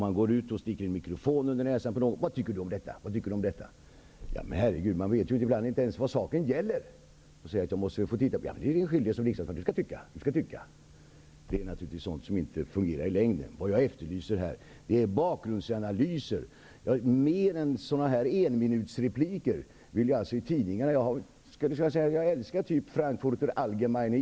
Man går ut och sticker en mikrofon under näsan på någon och säger: Vad tycker du om detta? Herregud, ibland vet man inte ens vad saken gäller. Man säger, jag måste få titta på detta. -- Du är skyldig att som riksdagsman tycka. Du skall tycka! Det är naturligtvis sådant som inte fungerar i längden. Det jag efterlyser är bakgrundsanalyser. Mer av det än av sådana här enminutsrepliker vill jag alltså se i tidningarna. Jag älskar den typ av tidning som Frankfurter Allgemeine är.